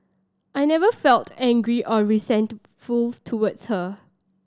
I never felt angry or resentful towards her